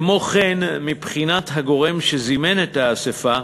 כמו כן, מבחינת הגורם שזימן את האספה,